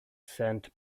sent